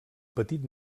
petit